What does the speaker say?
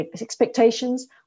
expectations